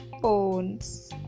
bones